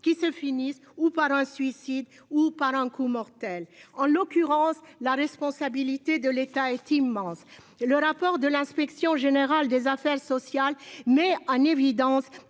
qui se finissent ou par un suicide ou par un coup mortel en l'occurrence la responsabilité de l'État est immense. Le rapport de l'Inspection générale des affaires sociales met en évidence